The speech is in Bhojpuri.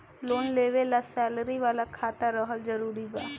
लोन लेवे ला सैलरी वाला खाता रहल जरूरी बा?